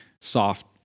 soft